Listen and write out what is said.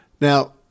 Now